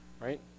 right